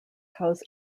house